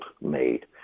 made